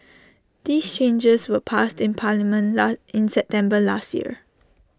these changes were passed in parliament in September last year